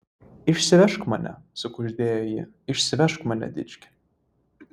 išsivežk mane sukuždėjo ji išsivežk mane dički